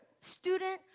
student